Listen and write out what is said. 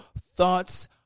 Thoughts